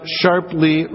sharply